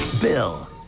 Bill